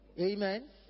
amen